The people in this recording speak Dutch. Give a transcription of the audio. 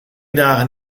dagen